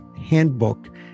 Handbook